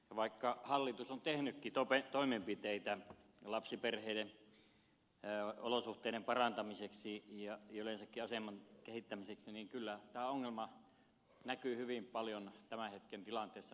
vaikka hallitus on tehnytkin toimenpiteitä lapsiperheiden olosuhteiden parantamiseksi ja yleensäkin aseman kehittämiseksi kyllä tämä ongelma näkyy hyvin paljon tämän hetken tilanteessa